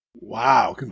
Wow